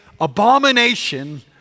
abomination